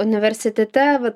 universitete va